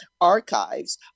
Archives